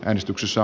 äänestyksessä